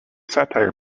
satire